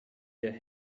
ihr